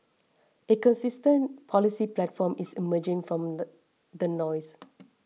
a consistent policy platform is emerging from the the noise